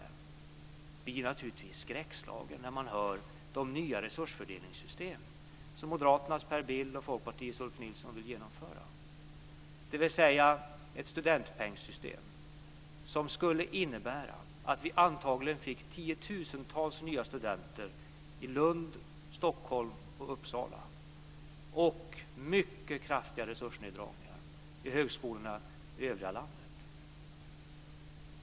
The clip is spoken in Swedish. Sofia Jonsson blir naturligtvis skräckslagen när hon hör om de nya resursfördelningssystem som moderaternas Per Bill och Folkpartiets Ulf Nilsson vill genomföra, dvs. ett studentpengsystem som skulle innebära att vi antagligen fick tiotusentals nya studenter i Lund, Stockholm och Uppsala samtidigt som det skulle bli mycket kraftiga resursneddragningar på övriga landets högskolor.